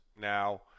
Now –